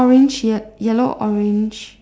orange shirt yellow orange